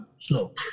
Slow